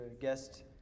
guest